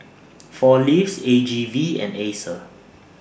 four Leaves A G V and Acer